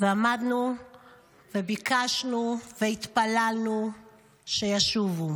עמדנו וביקשנו והתפללנו שישובו.